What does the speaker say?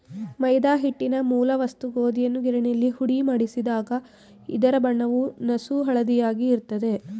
ಮೈದಾ ಹಿಟ್ಟಿನ ಮೂಲ ವಸ್ತು ಗೋಧಿಯನ್ನು ಗಿರಣಿಗಳಲ್ಲಿ ಹುಡಿಮಾಡಿಸಿದಾಗ ಇದರ ಬಣ್ಣವು ನಸುಹಳದಿಯಾಗಿ ಇರ್ತದೆ